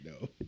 no